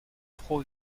pro